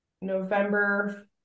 november